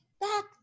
back